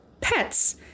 pets